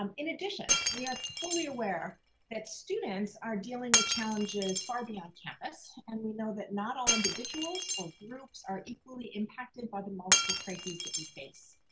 um in addition, we are fully aware that students are dealing with challenges far beyond campus. campus. and we know that not all individuals or groups are equally impacted by the multiple crises that we face.